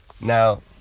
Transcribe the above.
Now